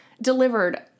delivered